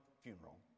funeral